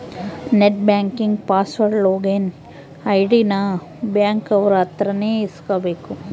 net banking password login ID ನ bank ಅವ್ರ ಅತ್ರ ನೇ ಇಸ್ಕಬೇಕು